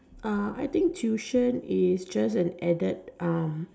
uh I think tuition is just an added um